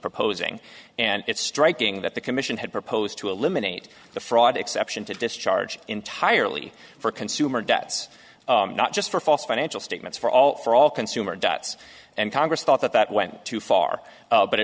proposing and it's striking that the commission had proposed to eliminate the fraud exception to discharge entirely for consumer debts not just for false financial statements for all for all consumer debts and congress thought that that went too far but